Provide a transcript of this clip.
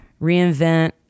reinvent